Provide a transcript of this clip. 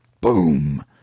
boom